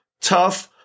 tough